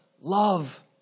love